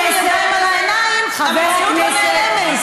את הידיים על העיניים המציאות לא נעלמת.